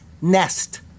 nest